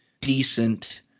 decent